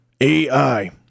ai